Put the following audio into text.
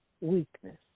weakness